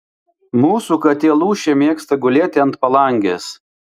mūsų katė lūšė mėgsta gulėti ant palangės